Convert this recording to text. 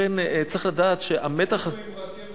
לכן, צריך לדעת שהמתח, היינו עם רכבת